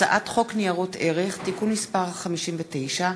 הצעת חוק ניירות ערך (תיקון מס' 59),